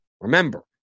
Remember